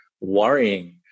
worrying